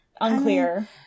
Unclear